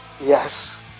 Yes